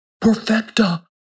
Perfecta